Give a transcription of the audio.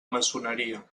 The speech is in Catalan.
maçoneria